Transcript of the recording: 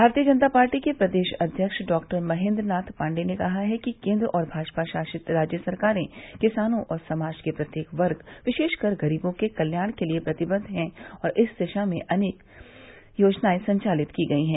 भारतीय जनता पार्टी के प्रदेश अध्यक्ष डॉक्टर महेन्द्रनाथ पाण्डेय ने कहा है कि केन्द्र और भाजपा शासित राज्य सरकारें किसानों और समाज के प्रत्येक वर्ग विशेषकर ग़रीबों के कल्याण के लिए प्रतिबद्व हैं और इस दिशा में कई योजनाए संचालित की गयी हैं